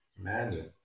Imagine